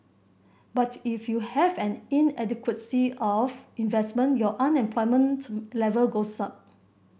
but if you have an inadequacy of investment your unemployment level goes up